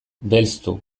belztu